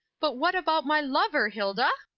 but what about my lover, hilda?